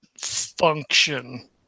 function